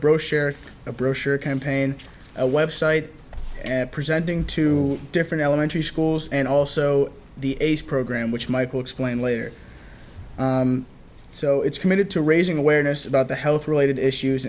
brochure a brochure campaign a website presenting two different elementary schools and also the program which michael explained later so it's committed to raising awareness about the health related issues